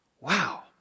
wow